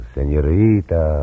Senorita